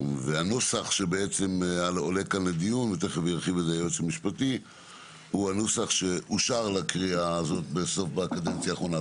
הנוסח שעולה כאן לדיון הוא הנוסח שאושר לקריאה בקדנציה האחרונה.